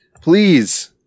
Please